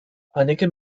einige